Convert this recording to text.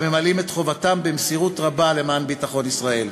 הממלאים את חובתם במסירות רבה למען ביטחון ישראל.